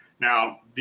Now